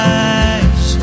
eyes